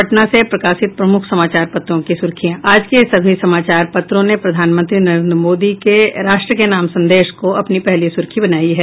अब पटना से प्रकाशित प्रमुख समाचार पत्रों की सुर्खियां आज के सभी समाचार पत्रों ने प्रधानमंत्री नरेन्द्र मोदी के राष्ट्र के नाम संदेश को अपनी पहली सुर्खी बनाया है